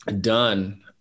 done